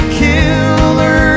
killer